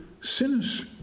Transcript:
sinners